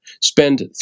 spend